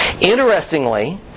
Interestingly